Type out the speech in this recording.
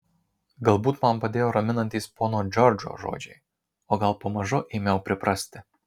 galbūt man padėjo raminantys pono džordžo žodžiai o gal pamažu ėmiau priprasti